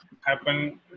happen